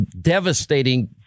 devastating